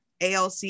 ALC